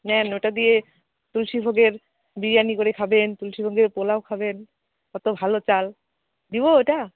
নেন ওটা দিয়ে তুলসিভোগের বিরিয়ানি করে খাবেন তুলসিভোগের পোলাও খাবেন কত ভালো চাল দিবো এটা